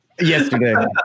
yesterday